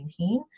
2019